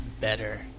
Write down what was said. better